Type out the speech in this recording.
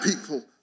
people